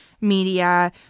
media